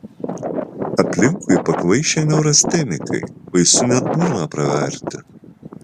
aplinkui pakvaišę neurastenikai baisu net burną praverti